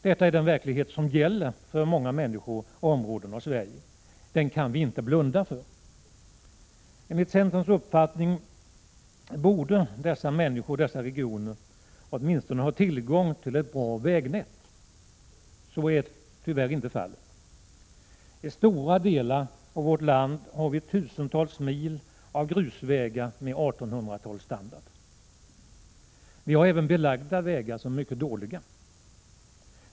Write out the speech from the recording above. Det är den verklighet som gäller för många människor, och därmed även i många områden i Sverige. Den verkligheten kan vi inte blunda för. Enligt centerns uppfattning borde människorna i dessa regioner åtminstone ha tillgång till ett bra vägnät. Så är tyvärr inte fallet. I stora delar av vårt land har vi tusentals mil grusväg som är av 1800-talsstandard. Vi har även 55 belagda vägar som är mycket dåliga.